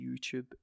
YouTube